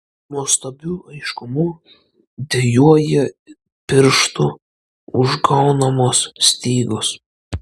nuostabiu aiškumu dejuoja pirštų užgaunamos stygos